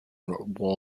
war